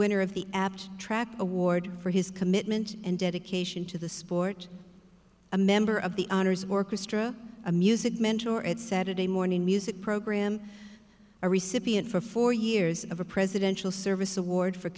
winner of the abstract award for his commitment and dedication to the sport a member of the honors workers stra a music mentor at saturday morning music program a recipient for four years of a presidential service award for